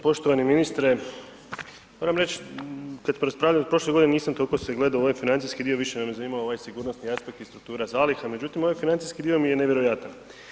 Poštovani ministre, moram reć kad smo raspravljali prole godine, nisam toliko gledao u ovaj financijski dio, više me zanima ovaj sigurnosni aspekt i struktura zaliha međutim ovaj financijski dio mi je nevjerojatan.